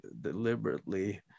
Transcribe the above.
deliberately